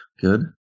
Good